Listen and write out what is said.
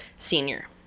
Senior